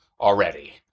already